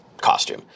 costume